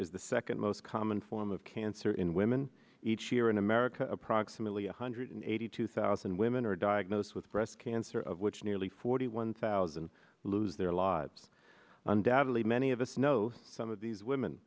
is the second most common form of cancer in women each year in america approximately one hundred eighty two thousand women are diagnosed with breast cancer of which nearly forty one thousand lose their lives undoubtedly many of us know some of these women